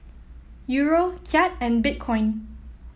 Euro Kyat and Bitcoin